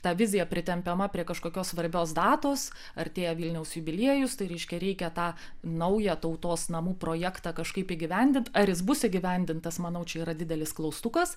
ta vizija pritempiama prie kažkokios svarbios datos artėja vilniaus jubiliejus tai reiškia reikia tą naują tautos namų projektą kažkaip įgyvendinti ar jis bus įgyvendintas manau čia yra didelis klaustukas